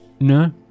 No